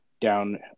down